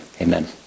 Amen